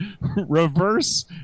reverse